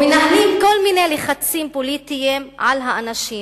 ומנהלים כל מיני לחצים פוליטיים על האנשים